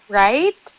right